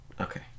Okay